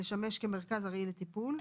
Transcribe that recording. לשמש כמרכז ארעי לטיפול,